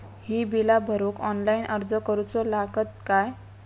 ही बीला भरूक ऑनलाइन अर्ज करूचो लागत काय?